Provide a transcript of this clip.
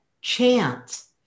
chance